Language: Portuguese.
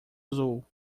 azul